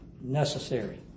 necessary